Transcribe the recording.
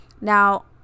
Now